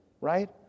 right